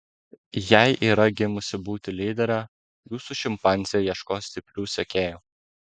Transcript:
jei yra gimusi būti lydere jūsų šimpanzė ieškos stiprių sekėjų